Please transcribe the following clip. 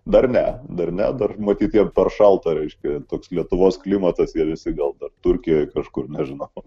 dar ne dar ne dar matyt jiem per šalta reiškia toks lietuvos klimatas ir visi gal dar turkijoje kažkur nežinau